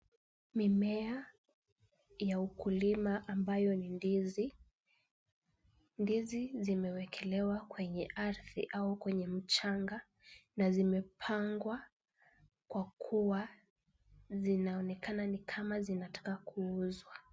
Mimea ya ukulima ambayo ni ndizi, ndizi zimewekelewa kwenye arthi au kwenye mchanga na zimepangwa kwa kuwa zinaonekana ni kama zinataka kuuzwa.